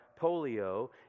polio